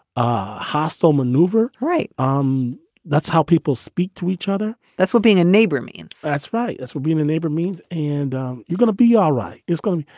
ah hostile maneuver. right. um that's how people speak to each other. that's what being a neighbor means. that's right. that's what being a neighbor means. and you're gonna be all right. is gone.